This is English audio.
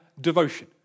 devotion